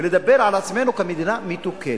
ולדבר על עצמנו כעל מדינה מתוקנת,